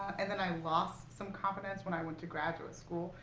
and then i lost some confidence when i went to graduate school.